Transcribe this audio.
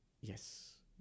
Yes